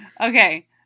Okay